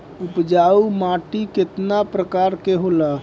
उपजाऊ माटी केतना प्रकार के होला?